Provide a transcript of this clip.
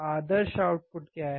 आदर्श output क्या है